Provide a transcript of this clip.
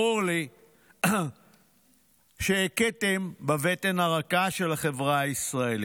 ברור לי שהכיתם בבטן הרכה של החברה הישראלית.